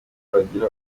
kuzagira